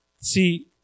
See